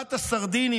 אווירת הסרדינים,